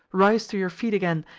rise to your feet again,